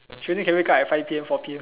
she only can wake up at five P_M four P_M